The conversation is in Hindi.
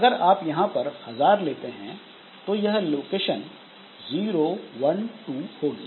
अगर आप यहां पर 1000 लेते हैं तो यह लोकेशन 012 होगी